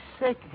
sick